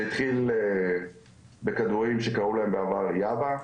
זה התחיל מכדורים שקראו להם בעבר 'יאבה',